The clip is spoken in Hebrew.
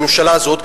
הממשלה הזאת,